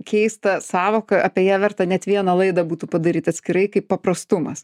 keistą sąvoką apie ją verta net vieną laidą būtų padaryt atskirai kaip paprastumas